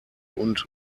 und